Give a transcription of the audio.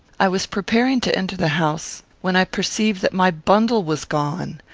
i was preparing to enter the house when i perceived that my bundle was gone.